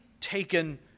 taken